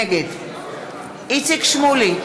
נגד איציק שמולי,